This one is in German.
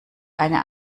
eine